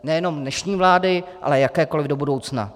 Nejenom dnešní vlády, ale jakékoliv do budoucna.